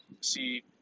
See